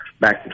back